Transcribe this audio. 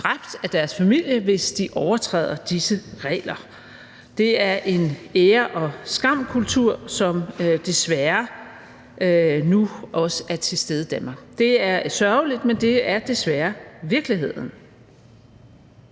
dræbt af deres familie, hvis de overtræder disse regler. Det er en ære og skam-kultur, som desværre nu også er til stede i Danmark. Det er sørgeligt, men det er desværre virkeligheden.